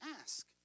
ask